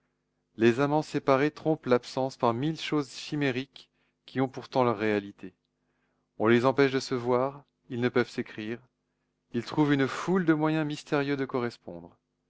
les amants séparés trompent l'absence par mille choses chimériques qui ont pourtant leur réalité on les empêche de se voir ils ne peuvent s'écrire ils trouvent une foule de moyens mystérieux de correspondre